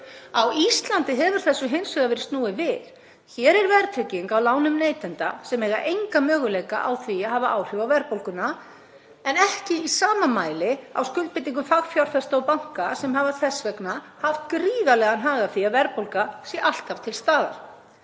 Á Íslandi hefur þessu hins vegar verið snúið við. Hér er verðtrygging á lánum neytenda sem eiga enga möguleika á því að hafa áhrif á verðbólguna en hún er ekki í sama mæli á skuldbindingum fagfjárfesta og banka sem hafa þess vegna haft gríðarlegan hag af því að verðbólga sé alltaf til staðar.